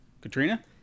Katrina